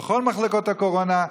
ובכל מחלקות הקורונה.